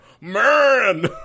Man